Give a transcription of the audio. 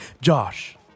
Josh